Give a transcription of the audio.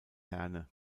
herne